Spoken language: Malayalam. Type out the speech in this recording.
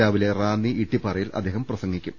രാവിലെ റാന്നി ഇട്ടിപ്പാറയിൽ അദ്ദേഹം പ്രസംഗിക്കും